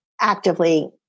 actively